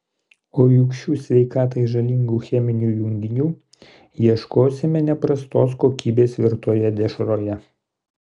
o juk šių sveikatai žalingų cheminių junginių ieškosime ne prastos kokybės virtoje dešroje